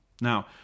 Now